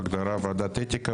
בהגדרה "ועדת אתיקה",